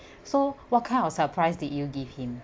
so what kind of surprised did you give him